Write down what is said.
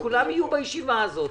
שכולם יהיו בישיבה הזאת.